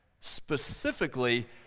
Specifically